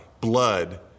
Blood